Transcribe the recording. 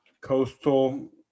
coastal